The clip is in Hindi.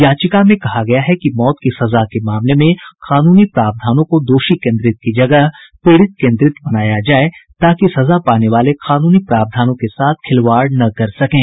याचिका में कहा गया है कि मौत की सजा के मामले में कानूनी प्रावधानों को दोषी केन्द्रित की जगह पीड़ित केन्द्रित बनाया जाए ताकि सजा पाने वाले कानूनी प्रावधानों के साथ खिलवाड़ न कर सकें